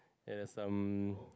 and there's some